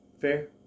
fair